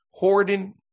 Hoarding